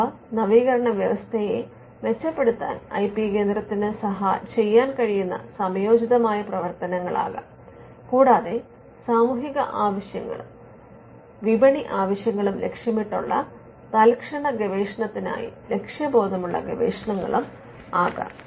അവ നവീകരണ വ്യവസ്ഥയെ മെച്ചപ്പെടുത്താൻ ഐ പി കേന്ദ്രത്തിന് ചെയ്യാൻ കഴിയുന്ന സമയോചിതമായ പ്രവർത്തനങ്ങളാകാം കൂടാതെ സാമൂഹിക ആവശ്യങ്ങളും വിപണി ആവശ്യങ്ങളും ലക്ഷ്യമിട്ടുള്ള തൽക്ഷണ ഗവേഷണത്തിനായി ലക്ഷ്യബോധമുള്ള ഗവേഷണങ്ങളുമാകാം